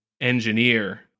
engineer